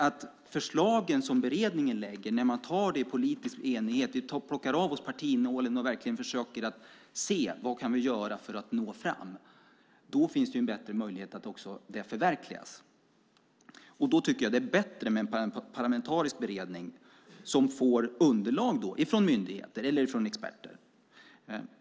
Om de förslag som beredningen lägger tas i politisk enighet, om vi plockar av oss partinålen och verkligen försöker se vad vi kan göra för att nå fram, finns det större möjlighet att förverkliga dem. Jag tycker då att det är bättre med en parlamentarisk beredning som får underlag från myndigheter eller experter.